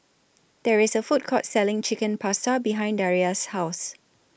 There IS A Food Court Selling Chicken Pasta behind Daria's House